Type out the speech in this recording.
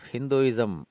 Hinduism